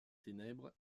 ténèbres